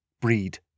Breed